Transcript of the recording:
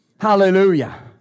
Hallelujah